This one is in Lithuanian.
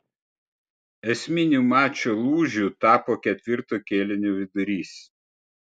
esminiu mačo lūžiu tapo ketvirto kėlinio vidurys